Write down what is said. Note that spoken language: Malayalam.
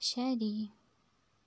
ശരി